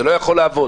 זה לא יכול לעבוד.